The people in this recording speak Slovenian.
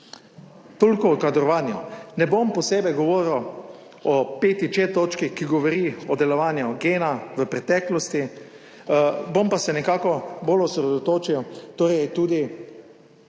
Toliko o kadrovanju. Ne bom posebej govoril o 5.č točki, ki govori o delovanju GEN v preteklosti. Se bom pa nekako bolj osredotočil na